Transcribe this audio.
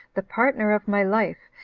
the partner of my life,